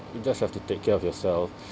you just have to take care of yourself